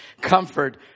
Comfort